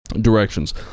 Directions